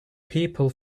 people